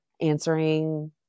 answering